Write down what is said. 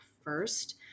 first